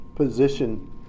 position